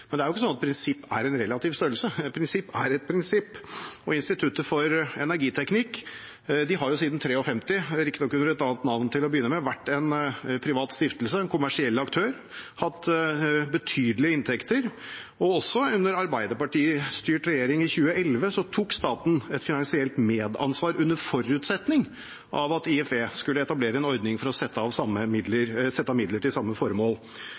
Men det er jo ikke sånn at prinsipp er en relativ størrelse – et prinsipp er et prinsipp. Instituttet for energiteknikk har siden 1953, riktignok under et annet navn til å begynne med, vært en privat stiftelse, en kommersiell aktør, og hatt betydelige inntekter. Under en Arbeiderparti-styrt regjering i 2011 tok staten et finansielt medansvar under forutsetning av at IFE skulle etablere en ordning for å sette av midler til samme formål.